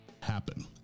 happen